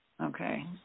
Okay